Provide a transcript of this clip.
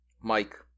Mike